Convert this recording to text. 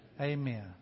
amen